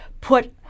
put